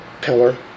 pillar